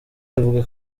avuga